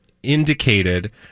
indicated